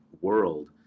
world